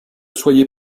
soyez